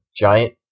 giant